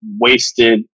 wasted